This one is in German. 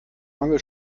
mangel